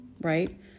right